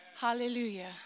Hallelujah